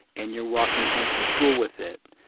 and you're walking home from school with it,